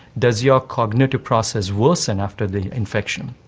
does your cognitive process worsen after the infection?